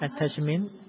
attachment